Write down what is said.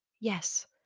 Yes